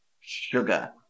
sugar